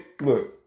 look